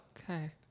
Okay